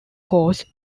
course